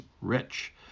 rich